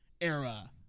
era